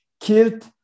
killed